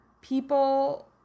people